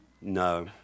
No